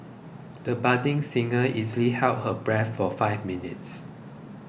the budding singer easily held her breath for five minutes